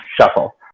shuffle